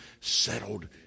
settled